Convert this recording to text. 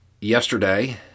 yesterday